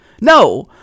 no